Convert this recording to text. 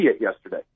yesterday